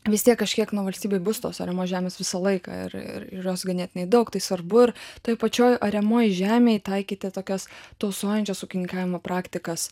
vis tiek kažkiek nu valstybėj bus tos ariamos žemės visą laiką ir ir iš jos ganėtinai daug tai svarbu ir toj pačioj ariamoj žemėj taikyti tokias tausojančias ūkininkavimo praktikas